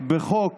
בחוק